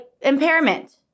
impairment